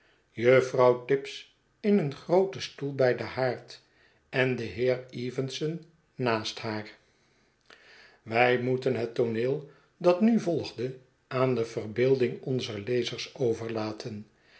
juffrouw tibbs in een grooten stoel bij den haard en de heer evenson naast haar wij moeten het tooneel dat nu volgde aan de verbeelding onzer lezers overlaten